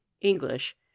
english